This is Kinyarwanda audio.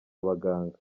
abaganga